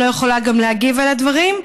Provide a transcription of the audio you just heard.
גם לא יכולה להגיב על הדברים.